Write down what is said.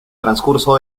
transcurso